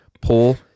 pull